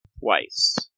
Twice